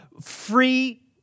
free